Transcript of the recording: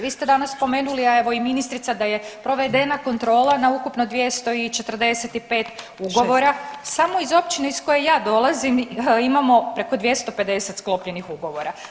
Vi ste danas spomenuli, a evo i ministrica da je provedena kontrola na ukupno 245 ugovora, samo iz općine iz koje ja dolazim imamo preko 250 sklopljenih ugovora.